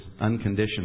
unconditional